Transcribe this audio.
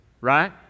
Right